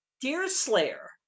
Deerslayer